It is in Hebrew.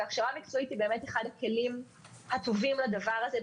והכשרה מקצועית היא באמת אחד מן הכלים הטובים לדבר הזה,